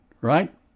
right